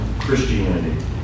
Christianity